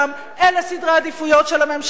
אלה סדרי העדיפויות של הממשלה הזאת.